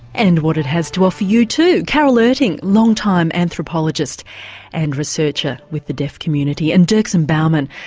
and what it has to offer you, too. carol erting, long time anthropologist and researcher with the deaf community, and dirksen bauman,